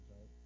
right